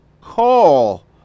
call